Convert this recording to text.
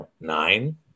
nine